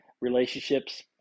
relationships